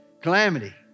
Calamity